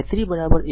i3 1